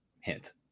hint